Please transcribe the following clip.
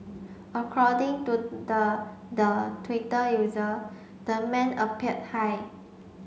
according to the the Twitter user the man appeared high